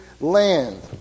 land